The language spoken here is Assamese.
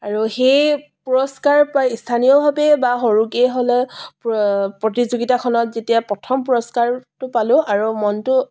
আৰু সেই পুৰস্কাৰ পাই স্থানীয়ভাৱেই বা সৰুকৈ হ'লেও প্ৰতিযোগিতাখনত যেতিয়া প্ৰথম পুৰস্কাৰটো পালোঁ আৰু মনটো